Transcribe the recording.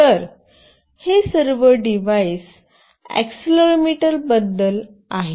तर हे सर्व डिव्हाइस अॅक्सिलरोमीटरबद्दल आहे